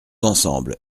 ensemble